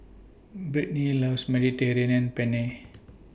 Brittnee loves Mediterranean and Penne